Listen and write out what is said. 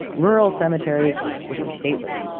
rural cemeteries were stately.